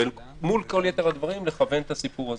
ומול כל יתר הדברים לכוון את הסיפור הזה.